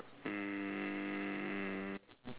um